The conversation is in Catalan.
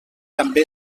també